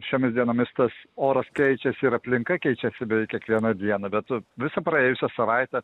šiomis dienomis tas oras keičiasi ir aplinka keičiasi kiekvieną dieną bet visą praėjusią savaitę